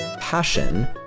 passion